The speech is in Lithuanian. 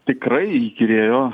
tikrai įkyrėjo